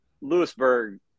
Lewisburg